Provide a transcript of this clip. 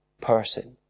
person